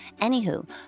Anywho